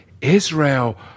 Israel